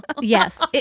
Yes